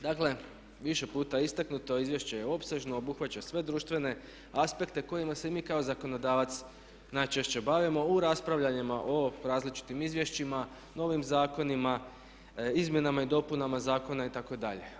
Dakle, više puta je istaknuto, izvješće je opsežno, obuhvaća sve društvene aspekte kojima se mi kao zakonodavac najčešće bavimo, u raspravljanjima o različitim izvješćima, novim zakonima, izmjenama i dopunama zakona itd.